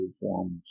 forms